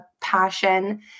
passion